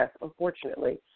unfortunately